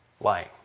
lying